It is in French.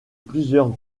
plusieurs